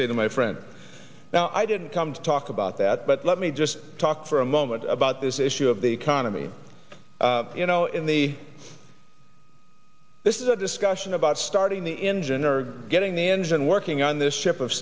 say to my friends now i didn't come to talk about that but let me just talk for a moment about this issue of the economy you know in the this is a discussion about starting the engine or getting the engine working on this ship of